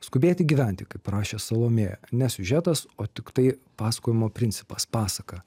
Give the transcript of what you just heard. skubėti gyventi kaip rašė salomėja ne siužetas o tiktai pasakojimo principas pasaka